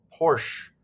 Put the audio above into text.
Porsche